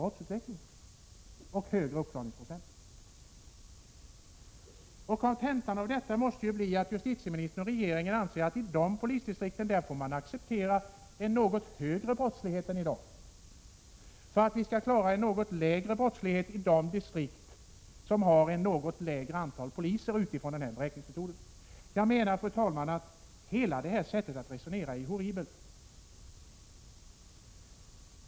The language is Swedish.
Kontentan av detta måste bli att justitiemi — 26 januari 1987 nistern och regeringen anser att man i de polisdistrikten får acceptera en 5 gering P Pp Om den regionala för något högre brottslighet än i dag, för att man i de distrikt som har ett något - i É 2 2 å z delningen av polismindre antal poliser skall klara en något lägre brottslighet, utifrån denna manstjänster beräkningsmetod. Detta sätt att resonera är horribelt, fru talman.